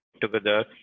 together